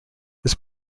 this